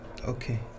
Okay